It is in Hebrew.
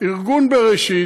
ארגון בראשית,